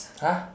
[huh]